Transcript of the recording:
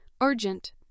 urgent